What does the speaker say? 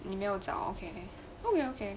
你没有找 okay I mean okay